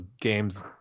game's